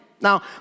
Now